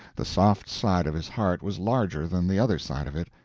the soft side of his heart was larger than the other side of it.